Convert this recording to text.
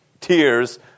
tears